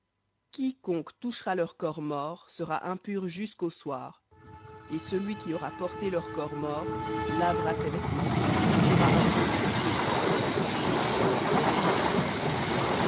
quiconque touchera leur corps mort sera impur jusqu'au soir et celui qui aura porté leur corps mort lavera ses vêtements et sera impur jusqu'au soir ils vous seront impurs